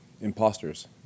imposters